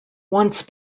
once